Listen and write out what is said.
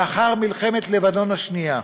לאחר מלחמת לבנון השנייה,